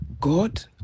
God